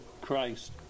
Christ